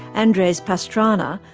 andres pastrana,